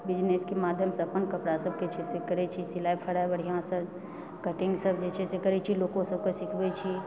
business के माध्यमसँ अपन कपड़ा सब किछु करै छी सिलाइ बुनाइ कढाई बढ़िऑंसँ कटिङ्ग सब जे छै से करै छी लोको सबकेँ सिखबै छी